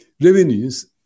revenues